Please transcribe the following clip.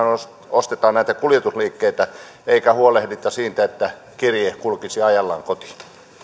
ostetaan näitä kuljetusliikkeitä eikä huolehdita siitä että kirje kulkisi ajallaan kotiin